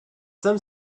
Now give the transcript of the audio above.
some